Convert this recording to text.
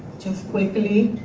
just quickly,